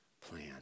plan